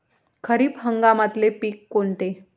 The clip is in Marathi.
खरीप हंगामातले पिकं कोनते?